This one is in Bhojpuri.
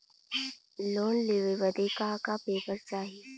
लोन लेवे बदे का का पेपर चाही?